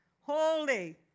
Holy